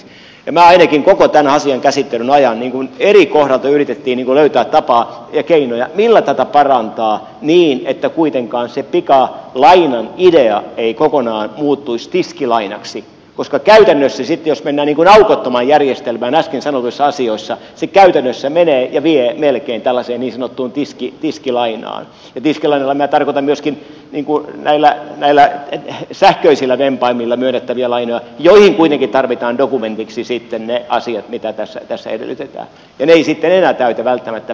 minä ainakin koko tämän asian käsittelyn ajan yritin ja eri kohdilta yritettiin löytää tapaa ja keinoja millä tätä parantaa niin että kuitenkaan se pikalainan idea ei kokonaan muuttuisi tiskilainaksi koska käytännössä sitten jos mennään aukottomaan järjestelmään äsken sanotuissa asioissa niin se käytännössä menee ja vie melkein tällaiseen niin sanottuun tiskilainaan ja tiskilainalla minä tarkoitan myöskin näillä sähköisillä vempaimilla myönnettäviä lainoja joihin kuitenkin tarvitaan dokumenteiksi sitten ne asiat mitä tässä edellytetään ja ne eivät sitten enää täytä välttämättä pikalainan edellytyksiä